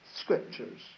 Scriptures